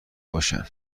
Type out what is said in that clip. باشن